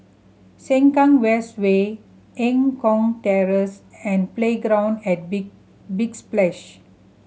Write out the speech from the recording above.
Sengkang West Way Eng Kong Terrace and Playground at Big Big Splash